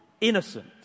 innocent